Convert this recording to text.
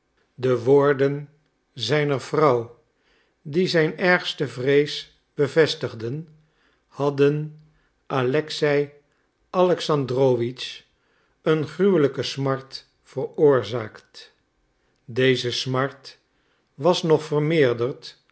de woorden zijner vrouw die zijn ergste vrees bevestigden hadden alexei alexandrowitsch een gruwelijke smart veroorzaakt deze smart was nog vermeerderd